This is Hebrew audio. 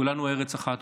כולנו ארץ אחת,